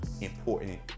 important